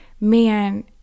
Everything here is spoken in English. Man